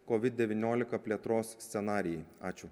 covid devyniolika plėtros scenarijai ačiū